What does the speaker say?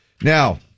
Now